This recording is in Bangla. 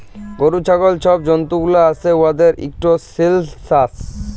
গরু, ছাগল ছব জল্তুগুলা আসে উয়াদের ইকট সেলসাস